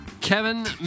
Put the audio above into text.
Kevin